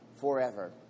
forever